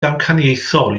damcaniaethol